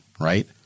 right